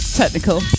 technical